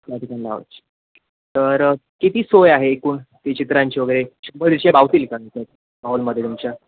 त्या ठिकाणी लावायची तर किती सोय आहे एकूण ती चित्रांची वगैरे शंभर दीडशे मावतील का हॉलमध्ये तुमच्या